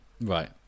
Right